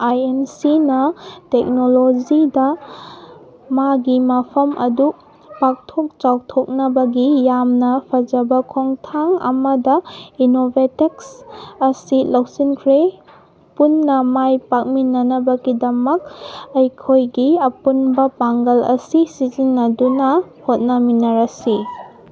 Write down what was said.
ꯑꯥꯏ N ꯁꯤꯅ ꯇꯦꯛꯅꯣꯂꯣꯖꯤꯗ ꯃꯥꯒꯤ ꯃꯐꯝ ꯑꯗꯨ ꯄꯥꯛꯊꯣꯛ ꯆꯥꯎꯊꯣꯛꯅꯕꯒꯤ ꯌꯥꯝꯅ ꯐꯖꯕ ꯈꯣꯡꯊꯥꯡ ꯑꯃꯗ ꯏꯟꯅꯣꯕꯦꯇꯤꯛꯁ ꯑꯁꯤ ꯂꯧꯁꯤꯟꯈ꯭ꯔꯦ ꯄꯨꯟꯅ ꯃꯥꯏ ꯄꯥꯛꯃꯤꯟꯅꯅꯕꯒꯤꯗꯃꯛ ꯑꯩꯈꯣꯏꯒꯤ ꯑꯄꯨꯟꯕ ꯄꯥꯡꯒꯜ ꯑꯁꯤ ꯁꯤꯖꯤꯟꯅꯗꯨꯅ ꯍꯣꯠꯅꯃꯤꯟꯅꯔꯁꯤ